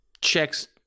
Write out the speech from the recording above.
checks